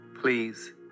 Please